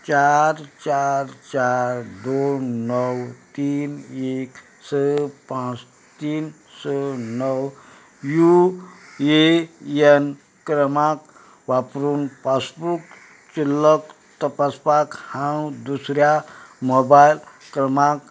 चार चार चार दोन णव तीन एक स पांच तीन स णव यु एन एन क्रमांक वापरून पासबूकचें लॉक तपासपाक हांव दुसऱ्या मोबायल क्रमांक